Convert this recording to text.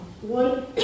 One